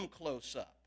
close-up